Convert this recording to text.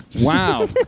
Wow